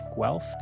Guelph